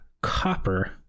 copper